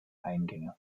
eingänge